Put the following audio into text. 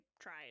tried